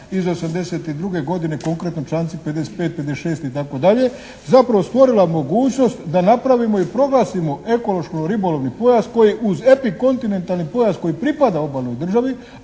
iz 82. godine, konkretno članci 55., 56., itd. Zapravo stvorila mogućnost da napravimo i proglasimo ekološko-ribolovni pojas koji uz epikontinentalni pojas koji pripada obalnoj državi,